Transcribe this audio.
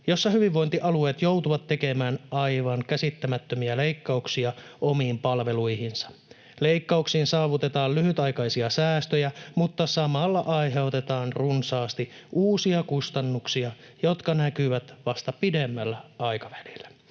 jossa hyvinvointialueet joutuvat tekemään aivan käsittämättömiä leikkauksia omiin palveluihinsa. Leikkauksin saavutetaan lyhytaikaisia säästöjä, mutta samalla aiheutetaan runsaasti uusia kustannuksia, jotka näkyvät vasta pidemmällä aikavälillä.